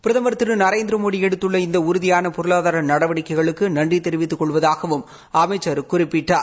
பிரதமர் திரு நரேந்திரமோடி எடுத்துள்ள இந்த உறுதியான பொருளாதார நடவடிக்கைகளுக்கு நன்றி தெரிவித்துக் கொள்வதாகவும் அமைச்சர் குறிப்பிட்டார்